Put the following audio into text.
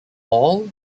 all